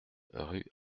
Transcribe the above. rue